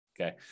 Okay